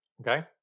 Okay